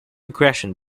aggression